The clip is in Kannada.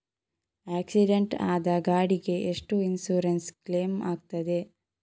ಆಕ್ಸಿಡೆಂಟ್ ಆದ ಗಾಡಿಗೆ ಎಷ್ಟು ಇನ್ಸೂರೆನ್ಸ್ ಕ್ಲೇಮ್ ಆಗ್ತದೆ?